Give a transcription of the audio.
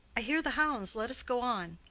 i hear the hounds. let us go on.